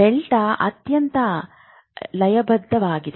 delta ಅತ್ಯಂತ ಲಯಬದ್ಧವಾಗಿದೆ